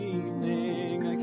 evening